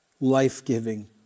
life-giving